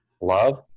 love